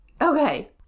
Okay